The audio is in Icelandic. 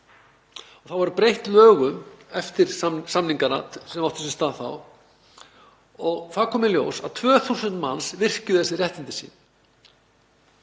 Lögum var breytt eftir samningana sem áttu sér stað þá og þá kom í ljós að 2.000 manns virkjuðu þessi réttindi sín.